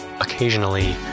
occasionally